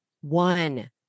one